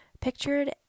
pictured